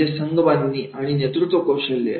म्हणजे संघबांधणी आणि नेतृत्वकौशल्य